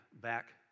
back